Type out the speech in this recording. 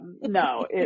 no